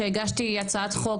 שהגשתי הצעת חוק,